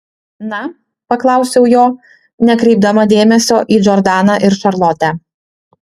na paklausiau jo nekreipdama dėmesio į džordaną ir šarlotę